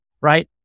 right